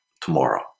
tomorrow